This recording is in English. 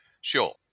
Sure